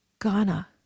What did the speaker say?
Ghana